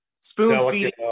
Spoon-feeding